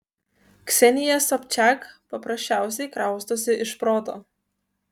ksenija sobčak paprasčiausiai kraustosi iš proto